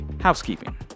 housekeeping